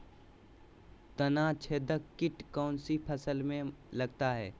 तनाछेदक किट कौन सी फसल में लगता है?